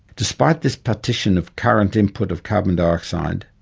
despite this partition of current input of carbon dioxide,